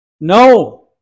No